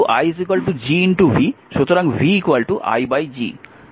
যেহেতু i Gv সুতরাং v i G